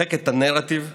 דוחק את הנרטיב לשוליים.